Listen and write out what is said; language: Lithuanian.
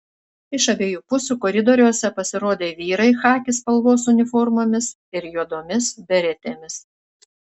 iš abiejų pusių koridoriuose pasirodė vyrai chaki spalvos uniformomis ir juodomis beretėmis